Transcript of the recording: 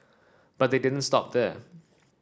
but they didn't stop there